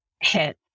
hit